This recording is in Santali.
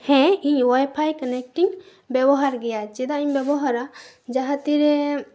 ᱦᱮᱸ ᱤᱧ ᱳᱣᱟᱭᱼᱯᱷᱟᱭ ᱠᱟᱱᱮᱠᱴ ᱤᱧ ᱵᱮᱵᱚᱦᱟᱨ ᱜᱮᱭᱟ ᱪᱮᱫᱟᱜ ᱤᱧ ᱵᱮᱵᱚᱦᱟᱨᱟ ᱡᱟᱦᱟᱸ ᱛᱤᱨᱮ